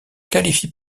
qualifie